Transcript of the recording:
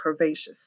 curvaceous